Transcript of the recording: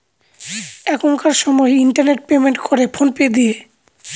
এখনকার সময় internet payment করে ফোন পে দিয়ে